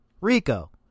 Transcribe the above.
Rico